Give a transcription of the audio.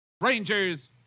Rangers